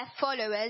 followers